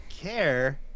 care